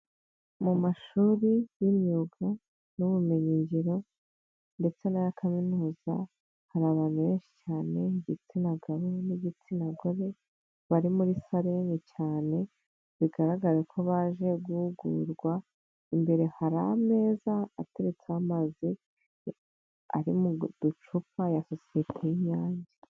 Mu mashuri y'imyuga n'ubumenyin ngiro ndetse n'aya kaminuza hari abantu benshi cyane igitsina gabo n'igitsina gore bari muri salene cyane bigaragare ko baje guhugurwa imbere hari ameza ateretse amazi ari mu ducupa ya sosiyete y'Inyange.